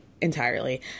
entirely